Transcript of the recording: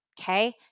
Okay